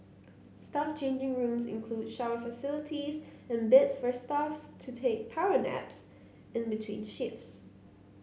staff changing rooms include shower facilities and beds for staffs to take power naps in between shifts